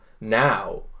now